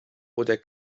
oder